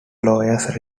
lawyers